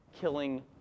killing